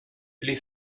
les